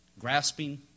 grasping